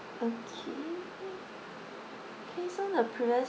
okay so the previous